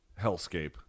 hellscape